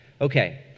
Okay